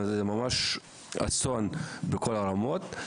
זה ממש אסון בכל הרמות.